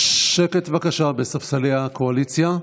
שקט, בבקשה, בספסלי הקואליציה.